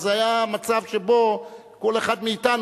אז היה מצב שבו כל אחד מאתנו,